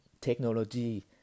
technology